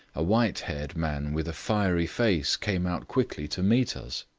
a white-haired man with a fiery face, came out quickly to meet us.